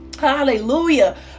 Hallelujah